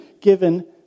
given